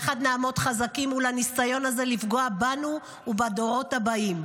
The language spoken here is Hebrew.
יחד נעמוד חזקים מול הניסיון הזה לפגוע בנו ובדורות הבאים.